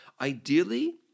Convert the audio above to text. Ideally